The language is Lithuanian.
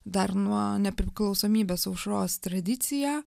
dar nuo nepriklausomybės aušros tradicija